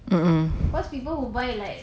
mm mm